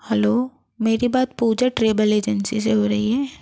hello मेरी बात Pooja travel agency से हो रही है